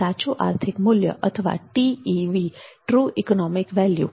સાચું આર્થિક મૂલ્ય અથવા TEV